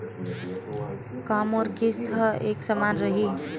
का मोर किस्त ह एक समान रही?